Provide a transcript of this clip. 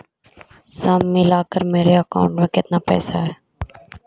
सब मिलकर मेरे अकाउंट में केतना पैसा है?